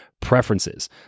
preferences